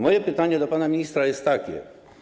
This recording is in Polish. Moje pytanie do pana ministra jest takie.